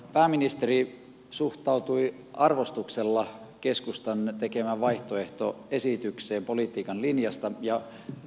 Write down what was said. pääministeri suhtautui arvostuksella keskustan tekemään vaihtoehtoesitykseen politiikan linjasta ja hyvä näin